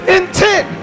intent